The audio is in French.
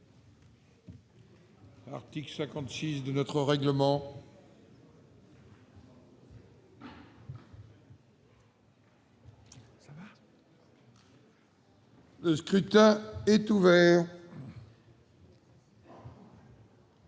l'article 56 du règlement. Le scrutin est ouvert.